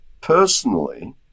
personally